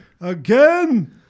Again